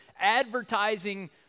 advertising